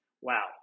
wow